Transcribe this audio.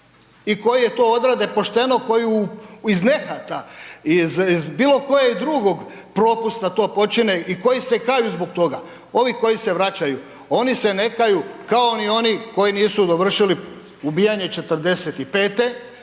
i koji je to odrade pošteno, koji iz nehata, iz bilokojeg drugog propusta to počine i koji se kaju zbog toga, ovi koji se vraćaju, oni se ne kaju kao ni oni koji nisu dovršili ubijanje '45.,